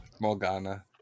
Morgana